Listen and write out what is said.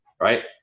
right